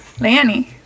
Lanny